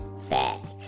Facts